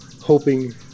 hoping